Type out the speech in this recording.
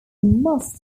must